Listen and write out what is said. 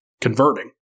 converting